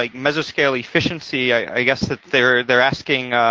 like mesoscale efficiency, i guess that they're they're asking,